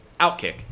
OutKick